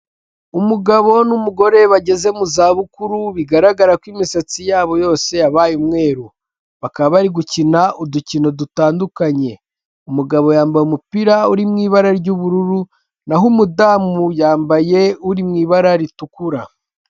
Umugabo n'umugore bageze mu zabukuru bigaragara ko imisatsi yabo yose yabaye umweru, bakaba bari gukina udukino dutandukanye, umugabo yambaye umupira uri mu ibara ry'ubururu n'aho umudamu yambaye uri mu ibara ritukura.